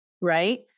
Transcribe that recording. Right